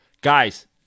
Guys